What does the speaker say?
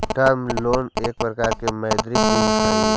term loan एक प्रकार के मौदृक ऋण हई